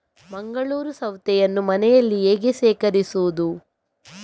ಮಂಗಳೂರು ಸೌತೆಯನ್ನು ಮನೆಯಲ್ಲಿ ಹೇಗೆ ಶೇಖರಿಸುವುದು?